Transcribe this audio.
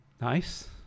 Nice